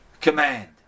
command